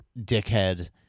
dickhead